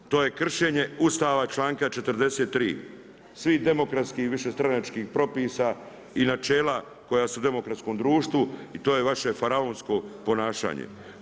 To je kršenje Ustava članka 43. svih demokratskih višestranačkih propisa i načela koja su u demokratskom društvu i to je vaše faraonsko ponašanje.